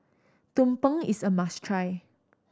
tumpeng is a must try